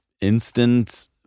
instant